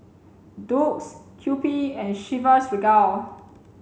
Doux Kewpie and Chivas Regal